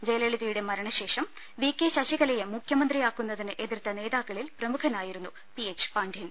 ജയ ലളിതയുടെ മരണശേഷം V K ശശിക്കലയെ മുഖ്യമന്ത്രിയാക്കു ന്നതിന് എതിർത്ത നേതാക്കളിൽ പ്രമുഖനായിരുന്നു പി എച്ച് പാണ്ഡ്യൻ